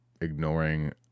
ignoring